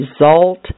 result